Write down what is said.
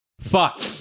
Fuck